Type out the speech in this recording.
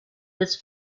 des